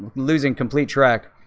losing complete rack,